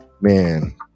man